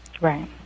Right